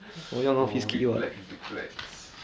oh big flex big flex